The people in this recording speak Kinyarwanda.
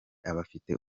abafite